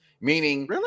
meaning